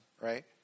right